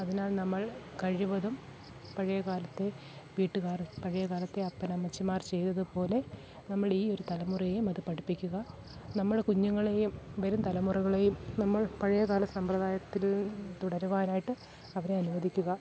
അതിനാൽ നമ്മൾ കഴിവതും പഴയ കാലത്തെ വീട്ടുകാർ പഴയ കാലത്തെ അപ്പൻ അമ്മച്ചിമാർ ചെയ്തത് പോലെ നമ്മള് ഈ ഒരു തലമുറയെയും അത് പഠിപ്പിക്കുക നമ്മളെ കുഞ്ഞുങ്ങളെയും വരും തലമുറകളെയും നമ്മൾ പഴയ കാല സമ്പ്രദായത്തിൽ തുടരുവാനായിട്ട് അവരെ അനുവദിക്കുക